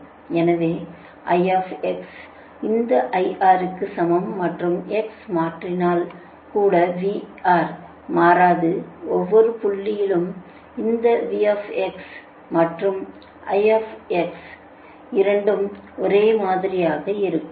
எனவே I இந்த IR க்கு சமம் மற்றும் x மாறினால் கூட VR மாறாது ஒவ்வொரு புள்ளியிலும் இந்த v மற்றும் I இரண்டும் ஒரே மாதிரி இருக்கும்